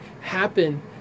happen